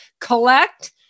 collect